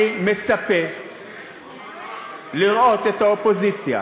אני מצפה לראות את האופוזיציה,